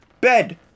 bed